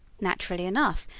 naturally enough,